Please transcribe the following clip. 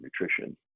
nutrition